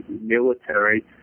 military